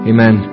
Amen